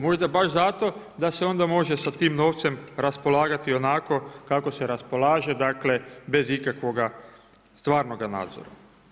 Možda baš zato da se onda može sa tim novcem raspolagati onako kako se raspolaže, bez ikakvog stvarnog nadzora.